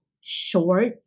short